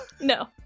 No